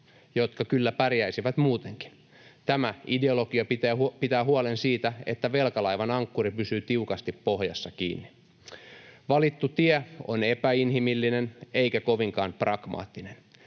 jotka kyllä pärjäisivät muutenkin. Tämä ideologia pitää huolen siitä, että velkalaivan ankkuri pysyy tiukasti pohjassa kiinni. Valittu tie on epäinhimillinen eikä kovinkaan pragmaattinen.